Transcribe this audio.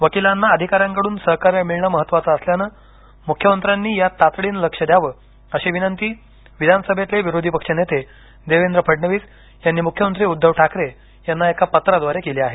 वकीलांना अधिकाऱ्यांकडून सहकार्य मिळणं महत्वाचे असल्याने मुख्यमंत्र्यानी यात तातडीनं लक्ष द्यावं अशी विनंती विधानसभेतले विरोधी पक्षनेते देवेंद्र फडणवीस यांनी मुख्यमंत्री उद्धव ठाकरे यांना एका पत्राद्वारे केली आहे